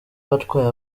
watwaye